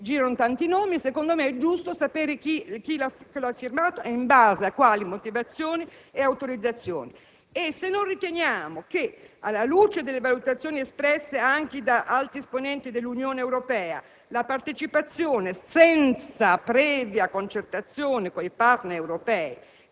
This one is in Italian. infatti tanti nomi e, secondo me, è giusto sapere chi lo ha firmato e in base a quali motivazioni e autorizzazioni. Riteniamo inoltre che, alla luce delle valutazioni espresse anche da alti esponenti dell'Unione Europea, la partecipazione senza previa concertazione con i *partner* europei